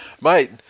Mate